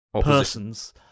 persons